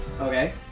Okay